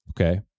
okay